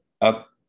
up